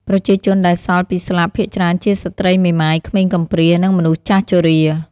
ប្រជាជនដែលសល់ពីស្លាប់ ភាគច្រើនជាស្ត្រីមេម៉ាយ ក្មេងកំព្រា និងមនុស្សចាស់ជរា។